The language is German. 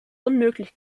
unmöglich